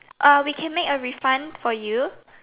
we can make a refund for you